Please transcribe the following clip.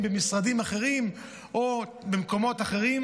במשרדים אחרים או במקומות אחרים.